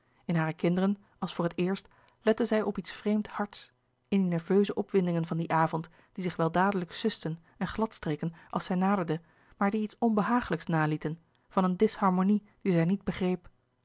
in hare kinderen als voor het eerst lette zij op iets vreemd hards in die nerveuze opwindingen van dien avond die zich wel dadelijk susten en glad louis couperus de boeken der kleine zielen streken als zij naderde maar die iets onbehagelijks nalieten van een disharmonie die zij niet begreep